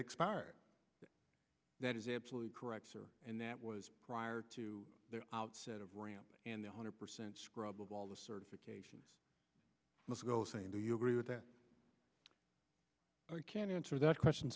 expired that is absolutely correct sir and that was prior to the outset of ramp and one hundred percent scrub of all the certification must go saying do you agree with that i can't answer that question